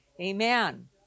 Amen